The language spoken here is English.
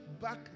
back